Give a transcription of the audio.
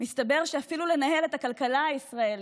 מצאו כנראה תקציב גדול מאוד כדי לקיים את הצהרון,